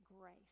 grace